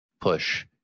push